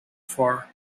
for